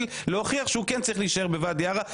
להוכיח שהוא כן צריך להישאר בוואדי ערה.